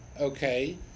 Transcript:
okay